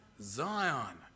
Zion